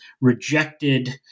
rejected